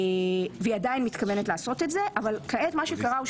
והיא עדין מתכוונת לעשות את זה אבל כעת מה שקרה הוא,